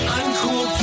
uncool